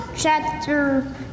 Chapter